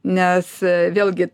nes vėlgi